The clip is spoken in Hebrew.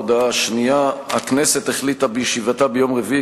ההודעה השנייה: הכנסת החליטה בישיבתה ביום רביעי,